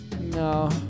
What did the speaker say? No